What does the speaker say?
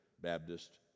Baptist